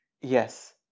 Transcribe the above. Yes